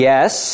Yes